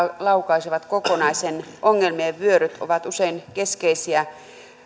laukaisevat kokonaisen ongelmien vyöryn ovat usein keskeisiä